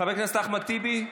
חבר הכנסת אחמד טיבי,